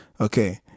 okay